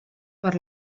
per